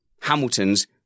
Hamilton's